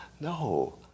no